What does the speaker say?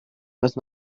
must